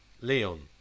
Leon